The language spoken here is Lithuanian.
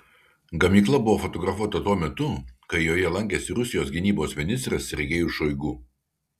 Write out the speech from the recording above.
gamykla buvo fotografuota tuo metu kai joje lankėsi rusijos gynybos ministras sergejus šoigu